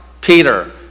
Peter